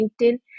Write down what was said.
LinkedIn